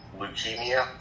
leukemia